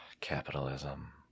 Capitalism